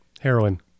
Heroin